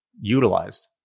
utilized